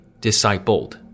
discipled